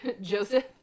Joseph